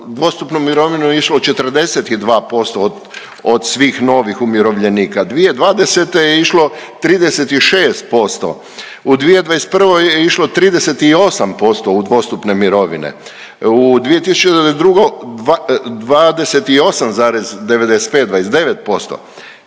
u dvostupnu mirovinu išlo 42% od svih novih umirovljenika, 2020. je išlo 36%, u 2021. je išlo 38% u dvostupne mirovine, u 2022. 28,95, 29%,